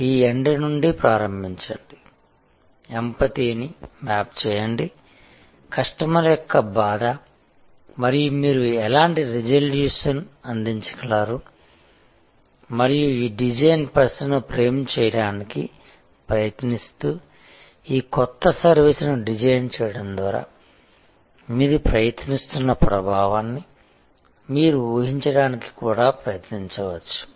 కాబట్టి ఈ ఎండ్ నుండి ప్రారంభించండి ఎంపతీ ని మ్యాప్ చేయండి కస్టమర్ యొక్క బాధ మరియు మీరు ఎలాంటి రిజల్యూషన్ అందించగలరు మరియు ఈ డిజైన్ ప్రశ్నను ఫ్రేమ్ చేయడానికి ప్రయత్నిస్తూ ఈ కొత్త సర్వీస్ని డిజైన్ చేయడం ద్వారా మీరు ప్రయత్నిస్తున్న ప్రభావాన్ని మీరు ఊహించడానికి కూడా ప్రయత్నించవచ్చు